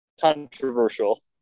controversial